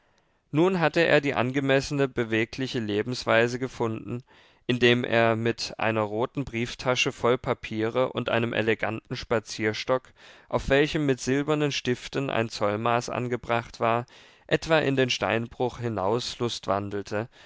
nun hatte er die angemessene bewegliche lebensweise gefunden indem er mit einer roten brieftasche voll papiere und einem eleganten spazierstock auf welchem mit silbernen stiften ein zollmaß angebracht war etwa in den steinbruch hinaus